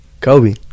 Kobe